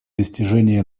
достижение